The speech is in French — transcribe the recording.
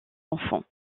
enfants